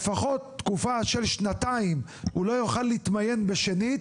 לפחות תקופה של שנתיים הוא לא יוכל להתמיין בשנית,